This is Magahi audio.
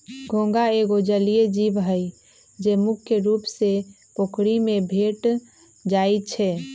घोंघा एगो जलिये जीव हइ, जे मुख्य रुप से पोखरि में भेंट जाइ छै